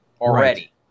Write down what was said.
already